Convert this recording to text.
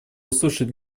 услышать